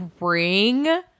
ring